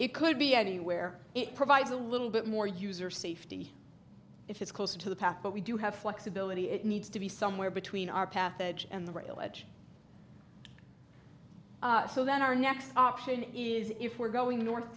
it could be anywhere it provides a little bit more user safety if it's closer to the path but we do have flexibility it needs to be somewhere between our path edge and the rail edge so that our next option is if we're going north